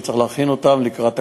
שצריך להכין לקראת הקליטה.